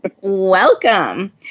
Welcome